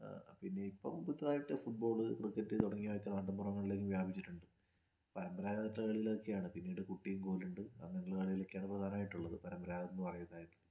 പിന്നെ ഇപ്പം പുതുതായിട്ട് ഫുട്ബോള് ക്രിക്കറ്റ് തുടങ്ങിയവയൊക്കെ നാട്ടുമ്പുറങ്ങളിലും വ്യാപിച്ചിട്ടുണ്ട് പരമ്പരാഗത ഇവയൊക്കെയാണ് പിന്നീട് കുട്ടിയും കോലും ഉണ്ട് അങ്ങനെയുള്ള കളികളൊക്കെയാണ് പ്രധാനമായിട്ടുള്ളത് പാരമ്പരാഗതമായിട്ട്